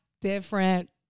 different